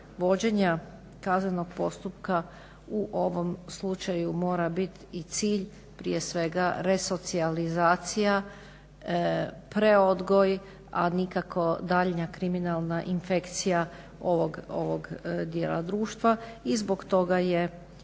vođenja kaznenog postupka u ovom slučaju mora biti i cilj prije svega resocijalizacija, preodgoj, a nikako daljnja kriminalna infekcija ovog djela društva. I zbog toga i